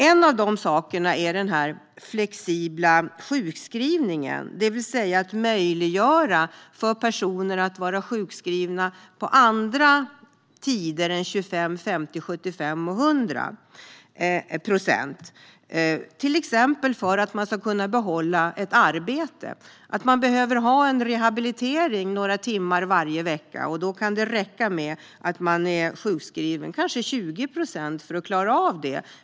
En av de sakerna är den flexibla sjukskrivningen, det vill säga att man möjliggör för personer att vara sjukskrivna på andra tider än 25, 50, 75 och 100 procent, till exempel för att de ska kunna behålla ett arbete. Man behöver kanske ha en rehabilitering några timmar varje vecka, och då kan det räcka med att man är sjukskriven kanske 20 procent för att klara av det.